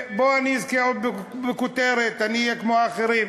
בוא, אני אזכה בכותרת, אני אהיה כמו האחרים.